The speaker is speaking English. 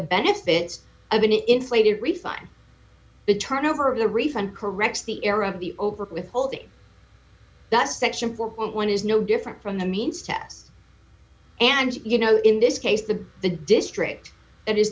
benefits of an inflated refight the turnover of the refund corrects the error of the over withholding that section four dollars is no different from the means to us and you know in this case the the district that is